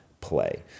play